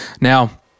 Now